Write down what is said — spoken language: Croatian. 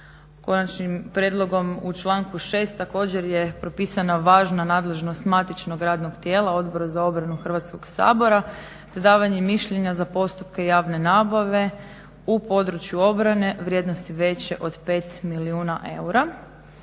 Konačnim prijedlogom u članku 6.također je propisana važna nadležnost matičnog radnog tijela Odbora za obranu Hrvatskog sabora te davanje mišljenja za postupke javne nabave u području obrane vrijednosti veće od 5 milijardi eura.